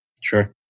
Sure